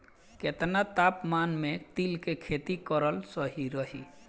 केतना तापमान मे तिल के खेती कराल सही रही?